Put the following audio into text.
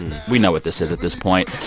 we know what this is at this point.